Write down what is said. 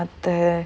மத்த:matha